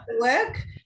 work